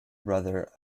brother